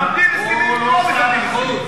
מכבדים הסכמים או לא מכבדים הסכמים?